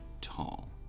tall